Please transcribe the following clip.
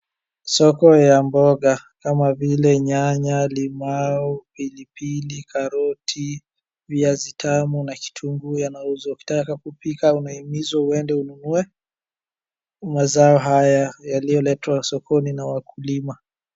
Soko ya mboga, kama vile nyanya, limau, pilipili, karoti, viazi tamu na kitungu yanauzwa. Ukitaka kupika unahimizwa uende ununue, mazao haya yaliyoletwa sokoni na wakulima.